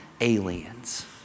aliens